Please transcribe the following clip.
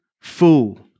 Fool